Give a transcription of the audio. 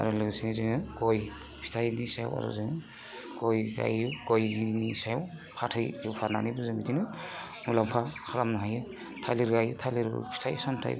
आरो लोगोसे जोङो गय फिथाइनि सायाव आरो जों गय गायो गयनि सायाव फाथै होफानानैबो जों बिदिनो मुलामफा खालामनो हायो थालिर गायो थालिर फिथाइ सामथाइ